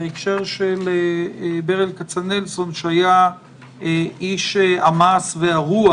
בהקשר של ברל כצנלסון שהיה איש המעש והרוח,